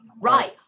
Right